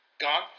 gone